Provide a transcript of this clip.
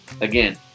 again